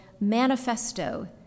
Manifesto